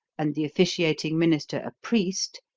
and the officiating minister a priest,